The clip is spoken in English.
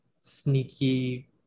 sneaky